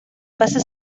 pasa